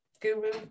guru